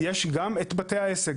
יש גם את בתי העסק.